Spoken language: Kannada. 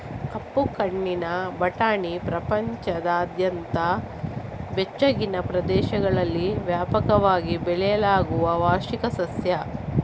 ಕಪ್ಪು ಕಣ್ಣಿನ ಬಟಾಣಿ ಪ್ರಪಂಚದಾದ್ಯಂತ ಬೆಚ್ಚಗಿನ ಪ್ರದೇಶಗಳಲ್ಲಿ ವ್ಯಾಪಕವಾಗಿ ಬೆಳೆಸಲಾಗುವ ವಾರ್ಷಿಕ ಸಸ್ಯ